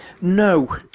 No